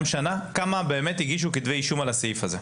שנה כמה באמת הגישו כתבי אישום על הסעיף הזה.